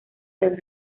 del